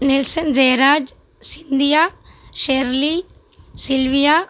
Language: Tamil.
Nelson Jeyaraj Scindia Shirley Sylvia